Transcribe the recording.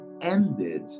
ended